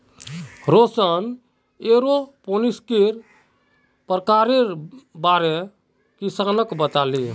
रौशन एरोपोनिक्सेर प्रकारेर बारे किसानक बताले